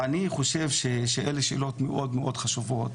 חושב שאלה שאלות מאוד מאוד חשובות.